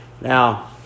Now